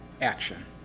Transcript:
action